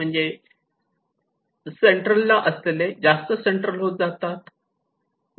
म्हणजे सेंट्रल असलेले जास्त सेंट्रल होत जातात